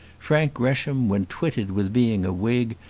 frank gresham, when twitted with being a whig,